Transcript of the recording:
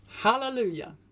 Hallelujah